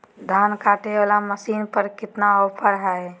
धान कटे बाला मसीन पर कितना ऑफर हाय?